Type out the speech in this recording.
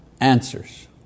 answers